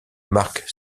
marque